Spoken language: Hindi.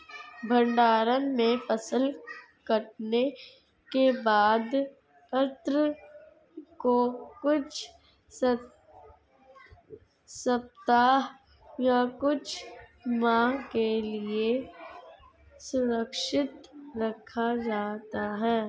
भण्डारण में फसल कटने के बाद अन्न को कुछ सप्ताह या कुछ माह के लिये सुरक्षित रखा जाता है